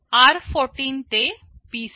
MOV r14 ते PC